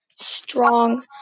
strong